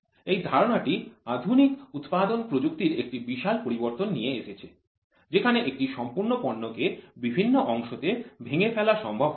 এই ধারণাটি আধুনিক উৎপাদন প্রযুক্তির একটি বিশাল পরিবর্তন নিয়ে এসেছে যেখানে একটি সম্পূর্ণ পণ্যকে বিভিন্ন অংশ তে ভেঙে ফেলা সম্ভব হয়েছে